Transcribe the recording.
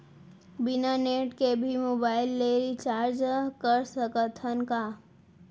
बिना नेट के भी मोबाइल ले रिचार्ज कर सकत हन का?